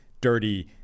dirty